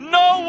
no